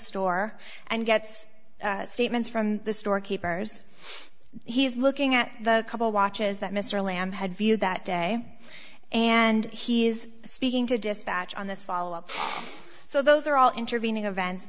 store and gets statements from the storekeepers he's looking at the couple watches that mr lamb had viewed that day and he is speaking to dispatch on this follow up so those are all intervening events